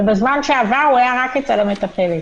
ובזמן שעבר הוא היה רק אצל המטפלת.